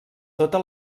tota